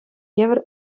евӗр